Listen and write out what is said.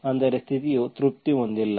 ಅಂದರೆ ಸ್ಥಿತಿಯು ತೃಪ್ತಿ ಹೊಂದಿಲ್ಲ